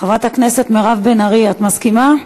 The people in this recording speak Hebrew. חברת הכנסת מירב בן ארי, את מסכימה?